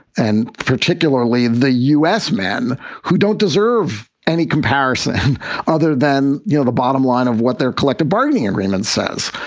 and particularly the u s. men who don't deserve any comparison other than, you know, the bottom line of what their collective bargaining agreement says.